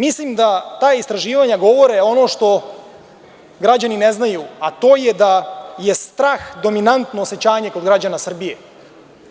Mislim da ta istraživanja govore ono što građani ne znaju, a to je da je strah dominantno osećanje kod građana Srbije,